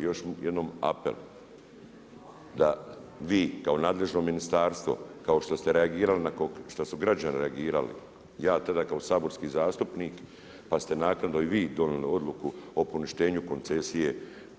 Još jednom apel, da vi kao nadležno ministarstvo kao što ste reagirali, nakon što su građani reagirali, ja tada kao saborski zastupnik pa ste naknadno i vi donijeli odluku o poništenju koncesije